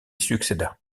succéda